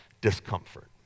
discomfort